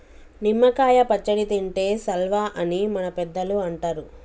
నిమ్మ కాయ పచ్చడి తింటే సల్వా అని మన పెద్దలు అంటరు